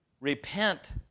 repent